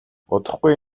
удахгүй